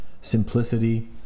simplicity